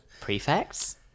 Prefects